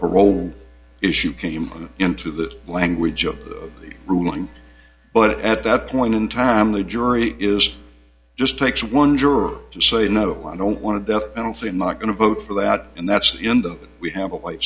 parole issue came into the language of the ruling but at that point in time the jury is just takes one juror to say no i don't want to death penalty i'm not going to vote for that and that's the end of it we have a